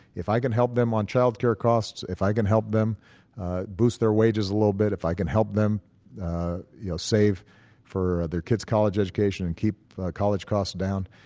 if i can help them on childcare costs, if i can help them boost their wages a little bit, if i can help them you know save for their kid's college education and keep college cost down,